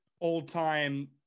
old-time